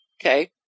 Okay